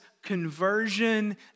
conversion